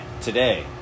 Today